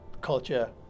culture